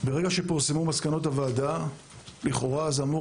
כאשר פורסמו מסקנות הוועדה לכאורה זה אמור